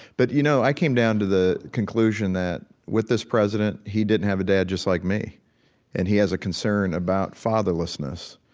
but, you know, i came down to the conclusion that, with this president, he didn't have a dad just like me and he has a concern about fatherlessness.